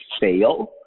fail